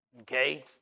Okay